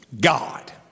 God